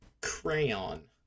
crayon